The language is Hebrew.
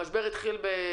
המשבר החל במרץ,